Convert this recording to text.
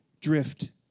drift